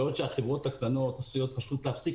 בעוד שהחברות הקטנות עשויות פשוט להפסיק